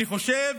אני חושב